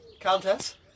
Countess